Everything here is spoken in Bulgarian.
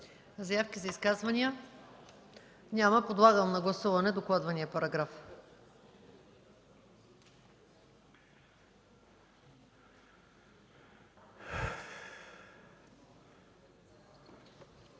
заявки за изказвания? Няма. Подлагам на гласуване докладваният параграф.